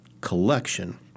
collection